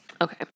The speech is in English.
Okay